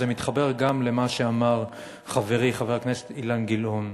וזה מתחבר גם למה שאמר חברי חבר הכנסת אילן גילאון.